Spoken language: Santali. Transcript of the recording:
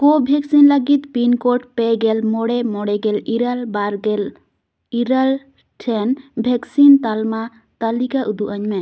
ᱠᱳᱵᱷᱮᱠᱥᱤᱱ ᱼ ᱞᱟᱹᱜᱤᱫ ᱯᱤᱱᱠᱳᱰ ᱯᱮᱜᱮᱞ ᱢᱚᱬᱮ ᱢᱚᱬᱮᱜᱮᱞ ᱤᱨᱟᱹᱞ ᱵᱟᱨᱜᱮᱞ ᱤᱨᱟᱹᱞ ᱴᱷᱮᱱ ᱵᱷᱮᱠᱥᱤᱱ ᱛᱟᱞᱢᱟ ᱛᱟᱹᱞᱤᱠᱟ ᱩᱫᱩᱜᱟᱹᱧ ᱢᱮ